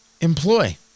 employ